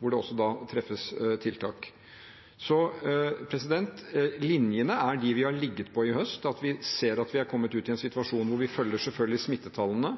hvor det også treffes tiltak. Så linjene er de vi har ligget på i høst, at vi ser at vi har kommet i en situasjon hvor vi selvfølgelig følger smittetallene,